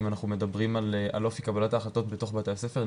אם אנחנו מדברים על אופי קבלת ההחלטות בתוך בתי הספר,